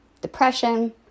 depression